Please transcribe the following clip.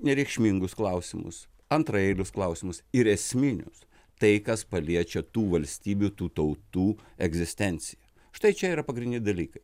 nereikšmingus klausimus antraeilius klausimus ir esminius tai kas paliečia tų valstybių tų tautų egzistenciją štai čia yra pagrindiniai dalykai